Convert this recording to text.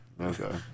Okay